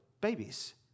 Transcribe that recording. babies